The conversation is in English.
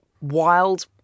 wild